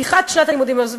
בפתיחת שנת הלימודים הזאת,